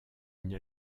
une